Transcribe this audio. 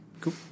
Cool